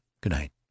Good-night